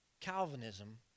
Calvinism